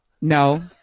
No